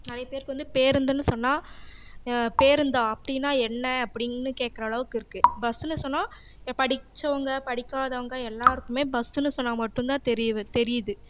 நிறைய பேருக்கு வந்து பேருந்துன்னு சொன்னால் பேருந்து அப்படின்னா என்ன அப்படின்னு கேட்கற அளவுக்கு இருக்குது பஸ்னு சொன்னால் ஏ படிச்சவங்க படிக்காதவங்க எல்லாருக்கும் பஸ்ஸுனு சொன்னால் மட்டும்தான் தெரியவு தெரியுது